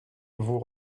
vous